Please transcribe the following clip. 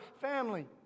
family